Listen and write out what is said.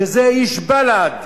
שזה איש בל"ד